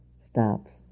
stops